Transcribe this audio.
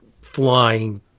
flying